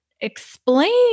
Explain